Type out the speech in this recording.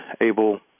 able